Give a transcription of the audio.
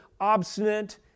obstinate